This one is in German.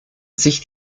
sich